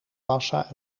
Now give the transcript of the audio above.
massa